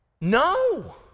No